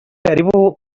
karibu